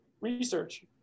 research